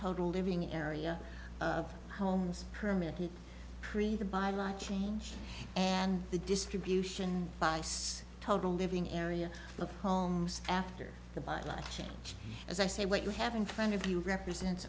total living area of homes permanently created by life change and the distribution vice total living area of homes after the bottom line change as i say what you have in front of you represents